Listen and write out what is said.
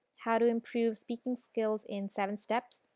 how to improve speaking skills in seven steps,